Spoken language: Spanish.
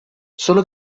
sólo